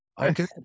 okay